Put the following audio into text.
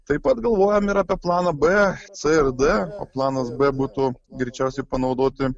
taip pat galvojam ir apie planą b c ir d o planas b būtų greičiausiai panaudoti